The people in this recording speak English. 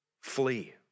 Flee